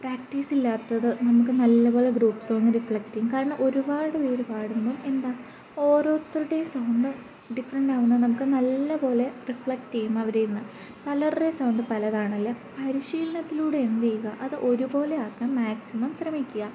practice ഇല്ലാത്തത് നമുക്ക് നല്ലപോലെ ഗ്രൂപ്പ് സോങ്ങ് റിഫ്ലക്റ്റ് ചെയ്യും കാരണം ഒരുപാട് പേര് പാടുമ്പം എന്താ ഓരോരുത്തരുടെയും സൗണ്ട് ഡിഫറെൻ്റാവുന്ന നമുക്ക് നല്ലപോലെ റിഫ്ലക്റ്റ് ചെയ്യും അവരിൽ നിന്ന് പലരുടെയും സൗണ്ട് പലതാണല്ലേ പരിശീലനത്തിലൂടെ എന്തു ചെയ്യുക അത് ഒരുപോലെ ആക്കാൻ മാക്സിമം ശ്രമിക്കുക